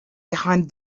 behind